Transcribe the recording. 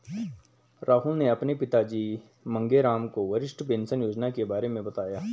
राहुल ने अपने पिताजी मांगेराम को वरिष्ठ पेंशन योजना के बारे में बताया